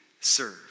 serve